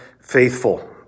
faithful